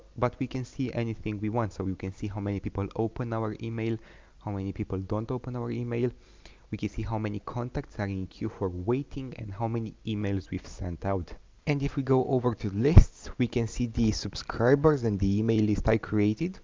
but we can see anything we want so you can see how many people open our email how many people don't open our email we can see how many contacts are in queue for waiting and how many emails we've sent out and if we go over to lists we can see these subscribers and the email list i created